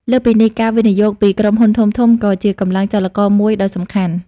លើសពីនេះ ការវិនិយោគពីក្រុមហ៊ុនធំៗ ក៏ជាកម្លាំងចលករមួយដ៏សំខាន់។